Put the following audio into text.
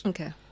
Okay